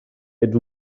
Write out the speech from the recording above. ets